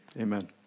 amen